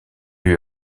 lui